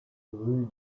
rue